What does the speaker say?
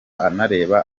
anareba